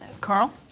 Carl